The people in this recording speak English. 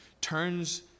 turns